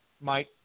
Mike